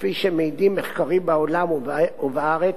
כפי שמעידים מחקרים בעולם ובארץ,